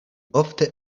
ofte